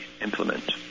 implement